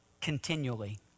continually